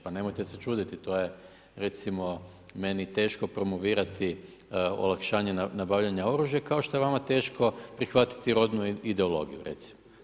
Pa nemojte se čuditi to je recimo meni teško promovirati olakšanje nabavljanja oružja kao što je vama teško prihvatiti rodnu ideologiju, recimo.